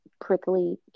prickly